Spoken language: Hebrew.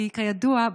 כי כידוע,